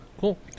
Cool